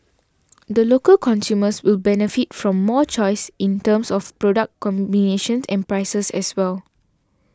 the local consumers will benefit from more choice in terms of product combinations and prices as well